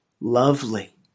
lovely